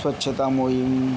स्वच्छता मोहीम